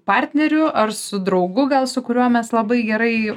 partneriu ar su draugu gal su kuriuo mes labai gerai